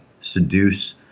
seduce